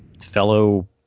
fellow